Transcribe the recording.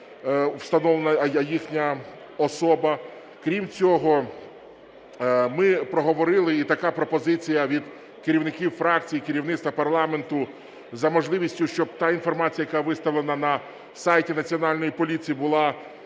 встановлена їхня особа. Крім цього, ми проговорили, і така пропозиція від керівників фракцій, керівництва парламенту, за можливості щоб та інформація, яка виставлена на сайті Національної поліції, була